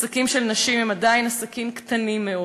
עסקים של נשים הם עדיין עסקים קטנים מאוד,